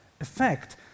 effect